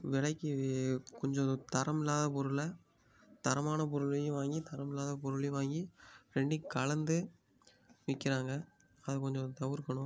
விலைக்கி கொஞ்சம் தரம் இல்லாத பொருளை தரமான பொருளையும் வாங்கி தரம் இல்லாத பொருளையும் வாங்கி ரெண்டியும் கலந்து விற்கிறாங்க அது கொஞ்சம் தவிர்க்கணும்